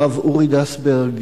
הרב אורי דסברג,